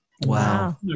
wow